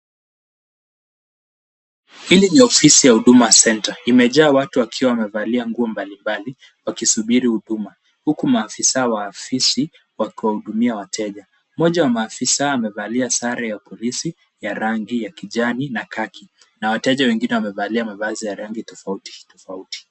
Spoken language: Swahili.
Hili ni ofisi ya Huduma Center. Imejaa watu wakiwa wamevalia nguo mbalimbali wakisubiri huduma huku maafisa wa afisi wakiwahudumia wateja. Mmoja wa maafisa amevalia sare ya polisi ya rangi ya kijani na kaki na wateja wengine wamevalia mavazi ya rangi tofauti tofauti.